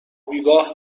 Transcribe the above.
بیگاه